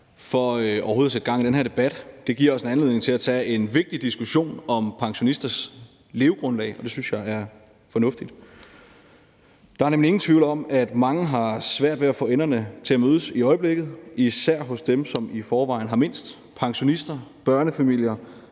at sætte gang i den her debat. Det giver os en anledning til at tage en vigtig diskussion om pensionisters levegrundlag, og det synes jeg er fornuftigt. Der er nemlig ingen tvivl om, at mange har svært ved at få enderne til at mødes i øjeblikket, især dem, som i forvejen har mindst: Pensionister, børnefamilier,